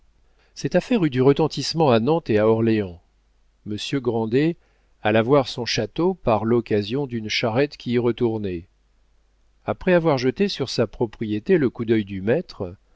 cette affaire eut du retentissement à nantes et à orléans monsieur grandet alla voir son château par l'occasion d'une charrette qui y retournait après avoir jeté sur sa propriété le coup d'œil du maître